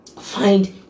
find